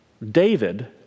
David